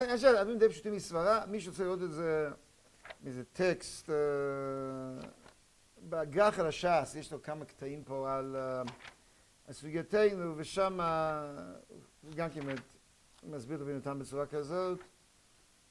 יש שאלה די פשוטים מסברא, מישהו רוצה לראות איזה טקסט בהגר"ח על הש"ס, יש לו כמה קטעים פה על סוגייתינו, ושם גם כן מסביר את הבנתם בצורה כזאת